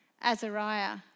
Azariah